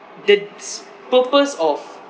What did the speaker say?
the s~ purpose of